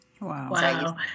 Wow